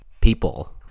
people